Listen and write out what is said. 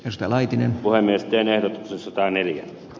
risto laitinen puhemies genen sataneljä